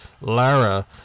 LARA